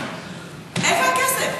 איפה הכסף?